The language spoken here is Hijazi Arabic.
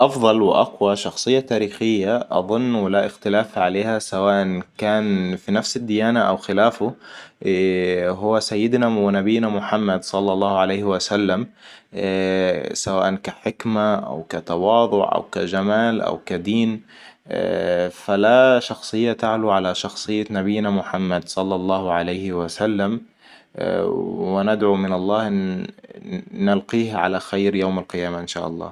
افضل وأقوى شخصية تاريخية أظن ولا إختلاف عليها سواء كان في نفس الديانة او خلافه. هو سيدنا ونبينا محمد صلى الله عليه وسلم. سواء كحكمة أو كتواضع او كجمال او كدين. فلا شخصيه تعلو على شخصية نبينا محمد صلى الله عليه وسلم. وندعو من الله أن نلقيه على خير يوم القيامة ان شاء الله